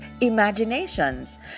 imaginations